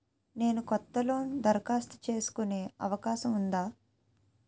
నేను కొత్త లోన్ దరఖాస్తు చేసుకునే అవకాశం ఉందా?